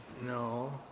no